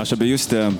aš apie justę